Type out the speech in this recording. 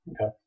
Okay